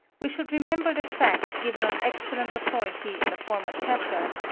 we should remember the fact given on excellent authority in a former chapter,